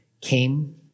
came